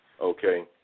Okay